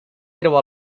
treu